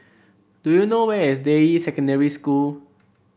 do you know where is Deyi Secondary School